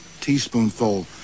teaspoonful